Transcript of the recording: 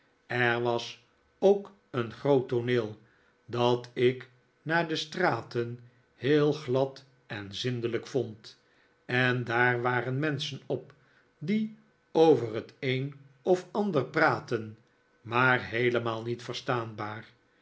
er was ook een groot tooneel dat ik na de straten heel glad en zindelijk vond en daar waren menschen op die over het een of ander praatten maar heelemaal niet verstaanbaar